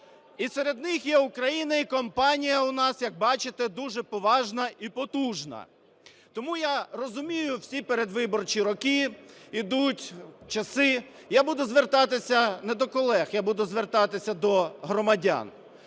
І серед них є Україна, і компанія в нас, як бачите, дуже поважна і потужна. Тому я розумію, всі передвиборчі роки, ідуть часи. Я буду звертатися не до колег, я буду звертатися до громадян.